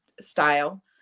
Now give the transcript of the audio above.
style